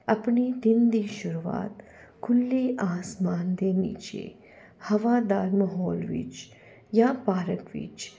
ਆਪਣੇ ਦਿਨ ਦੀ ਸ਼ੁਰੂਆਤ ਖੁੱਲ੍ਹੇ ਆਸਮਾਨ ਦੇ ਨੀਚੇ ਹਵਾਦਾਰ ਮਾਹੌਲ ਵਿੱਚ ਜਾਂ ਪਾਰਕ ਵਿੱਚ